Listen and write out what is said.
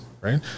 right